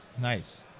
nice